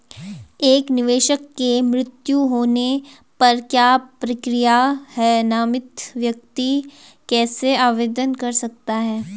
एक निवेशक के मृत्यु होने पर क्या प्रक्रिया है नामित व्यक्ति कैसे आवेदन कर सकता है?